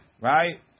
right